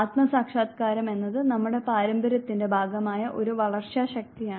ആത്മ സാക്ഷാത്കാരം എന്നത് നമ്മുടെ പാരമ്പര്യത്തിന്റെ ഭാഗമായ ഒരു വളർച്ചാ ശക്തിയാണ്